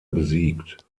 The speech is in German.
besiegt